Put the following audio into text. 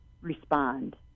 respond